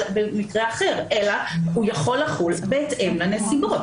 במקרה אחר אלא הוא יכול לחול בהתאם לנסיבות.